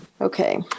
Okay